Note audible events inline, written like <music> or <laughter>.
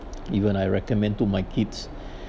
even I recommend to my kids <breath>